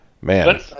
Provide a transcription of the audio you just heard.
Man